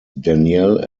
danielle